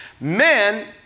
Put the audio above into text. Men